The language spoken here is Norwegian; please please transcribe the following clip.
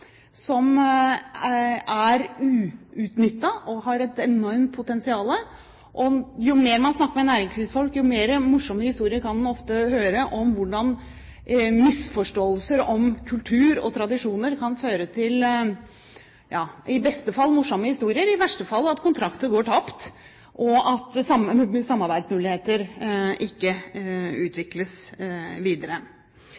som er uutnyttet, og som har et enormt potensial. Jo mer man snakker med næringslivsfolk, jo flere morsomme historier kan en høre om hva misforståelser om kultur og tradisjoner kan føre til. I beste fall morsomme historier, i verste fall at kontrakter går tapt, og at samarbeidsmuligheter ikke